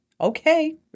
okay